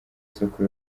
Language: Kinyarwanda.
soko